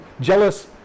jealous